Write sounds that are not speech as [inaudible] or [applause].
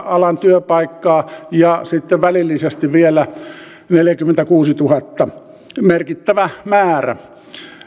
[unintelligible] alan työpaikkaa ja sitten välillisesti vielä neljäkymmentäkuusituhatta merkittävä määrä